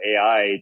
AI